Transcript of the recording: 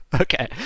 Okay